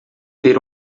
ter